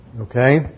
Okay